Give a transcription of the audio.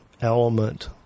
element